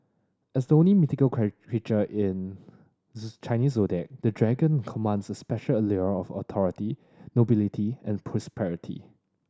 as the only mythical creature in Chinese Zodiac the Dragon commands a special allure of authority nobility and prosperity